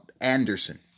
Anderson